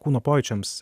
kūno pojūčiams